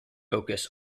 focus